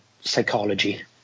psychology